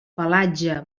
pelatge